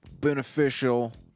beneficial